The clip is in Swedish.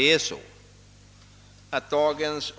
Dagens.